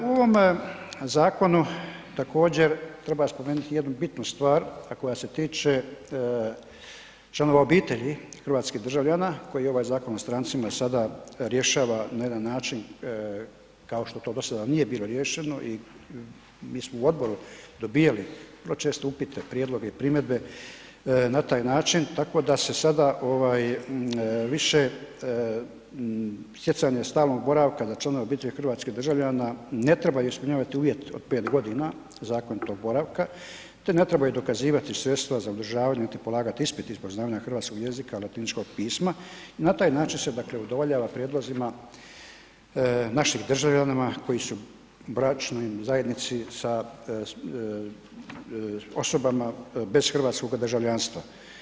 U ovom zakonu također treba spomenuti jednu bitnu stvar a koja se tiče članova obitelji hrvatskih državljana koje ovaj Zakon o strancima sada rješava na jedan način kao što to do sada nije bilo riješeno i mi smo u odboru dobivali vrlo često upite, prijedloge i primjedbe na taj način tako da se sada više stjecanja stalnog boravka za članove obitelji hrvatskih državljana ne trebaju ispunjavati uvjet od 5 g. zakonitog boravka te trebaju dokazivati sredstva za održavanja niti polagat ispit iz poznavanja hrvatskog jezika i latiničkog pisma i na taj način se dakle udovoljava prijedlozima našim državljanima koji su u bračnoj zajednici sa osobama bez hrvatskog državljanstva.